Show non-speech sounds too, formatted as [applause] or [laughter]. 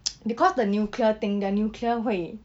[noise] because the nuclear thing their nuclear 会